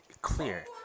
clear